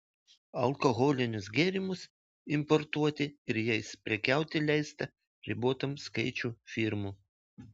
alkoholinius gėrimus importuoti ir jais prekiauti leista ribotam skaičiui firmų